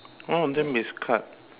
one of them is cut